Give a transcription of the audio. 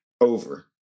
Over